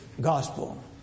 gospel